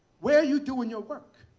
where are you doing your work?